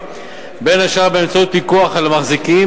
בין השאר באמצעות פיקוח על המחזיקים